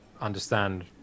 understand